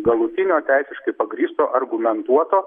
galutinio teisiškai pagrįsto argumentuoto